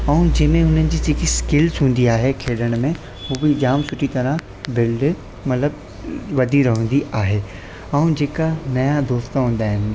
ऐं जंहिंमें हुननि जी जेकी स्किल्स हूंदी आहे खेॾण में उहो बि जाम सुठी तरह बिल्ड मतिलबु वधी रहंदी आहे ऐं जेका नवां दोस्त हूंदा आहिनि